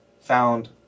found